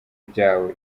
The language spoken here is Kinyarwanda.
byawe